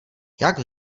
jak